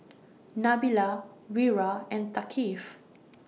Nabila Wira and Thaqif